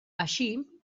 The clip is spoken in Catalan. així